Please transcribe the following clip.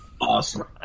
Awesome